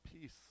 peace